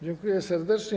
Dziękuję serdecznie.